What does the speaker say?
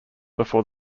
before